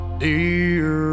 dear